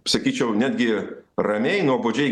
sakyčiau netgi ramiai nuobodžiai